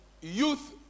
youth